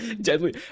Deadly